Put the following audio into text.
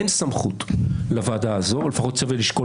אין סמכות לוועדה הזאת לפחות שווה לשקול